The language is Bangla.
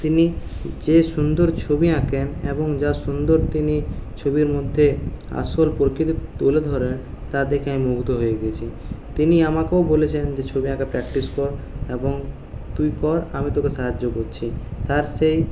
তিনি যে সুন্দর ছবি আঁকেন এবং যা সুন্দর তিনি ছবির মধ্যে আসল প্রকৃতি তুলে ধরেন তা দেখে আমি মুগ্ধ হয়ে গিয়েছি তিনি আমাকেও বলেছেন যে ছবি আঁকা প্র্যাকটিস কর এবং তুই কর আমি তোকে সাহায্য করছি তার সেই